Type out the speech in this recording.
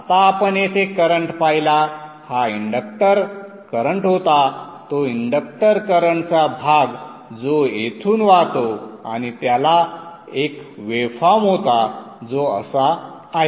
आता आपण येथे करंट पाहिला हा इंडक्टर करंट होता तो इंडक्टर करंटचा भाग जो येथून वाहतो आणि त्याला एक वेवफॉर्म होता जो असा आहे